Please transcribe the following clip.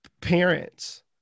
parents